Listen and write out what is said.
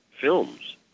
films